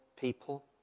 people